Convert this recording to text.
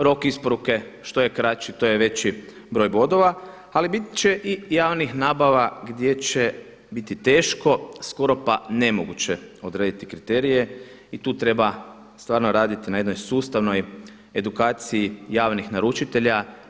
Rok isporuke što je kraći to je veći broj bodova, ali bit će i javnih nabava gdje će biti teško, skoro pa nemoguće odrediti kriterije i tu treba stvarno raditi na jednoj sustavnoj edukaciji javnih naručitelja.